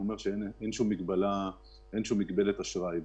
אין שום מגבלת אשראי.